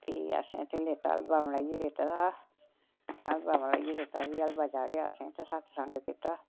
फ्ही असें उत्थें लेता हलबा बनाइयै लेते दा हा हलबा बनाइयै लेता फ्ही हलबा चाढ़ेआ उत्थें सतसंग बी कीता